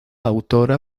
autora